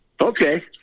Okay